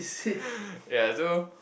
yeah so